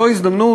זו הזדמנות,